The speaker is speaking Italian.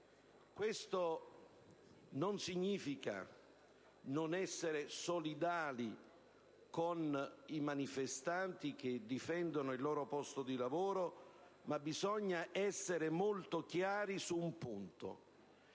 Ciò non significa non essere solidali con i manifestanti che difendono il loro posto di lavoro, ma occorre essere molto chiari su un punto: